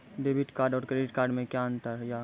Debit card और credit card मे कि अंतर या?